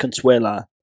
Consuela